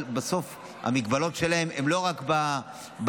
אבל בסוף המגבלות שלהן הן לא רק במבנים,